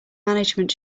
management